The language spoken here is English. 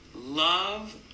love